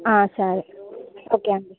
సరే ఒకే అండి